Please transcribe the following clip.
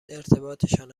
ارتباطشان